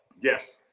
Yes